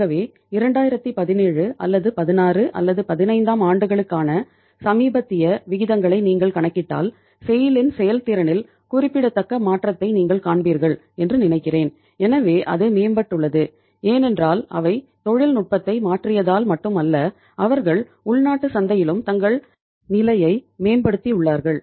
ஆகவே 2017 அல்லது 16 அல்லது 15 ஆம் ஆண்டுகளுக்கான சமீபத்திய விகிதங்களை நீங்கள் கணக்கிட்டால் செய்ல் இன் செயல்திறனில் குறிப்பிடத்தக்க மாற்றத்தை நீங்கள் காண்பீர்கள் என்று நினைக்கிறேன் எனவே அது மேம்பட்டுள்ளது ஏனென்றால் அவை தொழில்நுட்பத்தை மாற்றியதால் மட்டும் அல்ல அவர்கள் உள்நாட்டு சந்தையிலும் தங்கள் நிலையை மேம்படுத்தியுள்ளார்கள்